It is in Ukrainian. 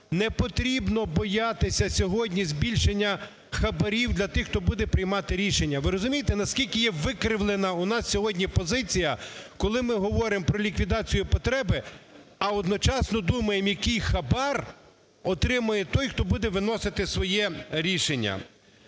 Не потрібно боятися сьогодні збільшення хабарів для тих, хто буде приймати рішення. Ви розумієте, наскільки є викривлена у нас сьогодні позиція, коли ми говоримо про ліквідацію потреби, а одночасно думаємо, який хабар отримає той, хто буде виносити своє рішення?